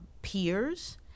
peers